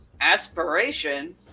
aspiration